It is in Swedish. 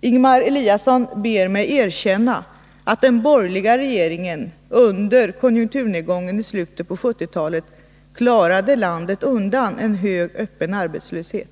Ingemar Eliasson ber mig erkänna att den borgerliga regeringen under konjunkturnedgången i slutet av 1970-talet klarade landet undan en hög öppen arbetslöshet.